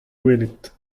gwelet